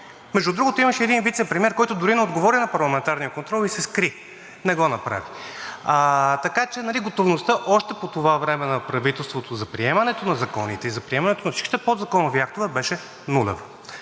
Между другото, имаше един вицепремиер, който дори не отговори на парламентарния контрол и се скри – не го направи. Така че готовността още по това време на правителството за приемането на законите и за приемането на всичките подзаконови актове беше нулева.